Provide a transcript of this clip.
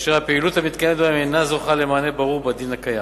והפעילות המתקיימת בהן אינה זוכה למענה ברור בדין הקיים.